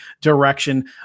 direction